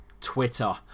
Twitter